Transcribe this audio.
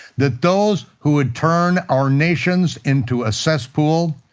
that those who would turn our nations into a cesspool,